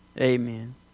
Amen